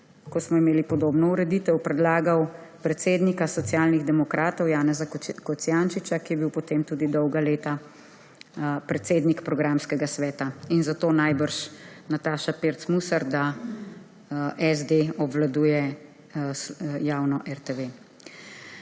ko smo imeli podobno ureditev, predlagal predsednika Socialnih demokratov Janeza Kocjančiča, ki je bil potem tudi dolga leta predsednik programskega sveta, in zato najbrž Nataša Pirc Musar, da SD obvladuje javno RTV.